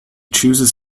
chooses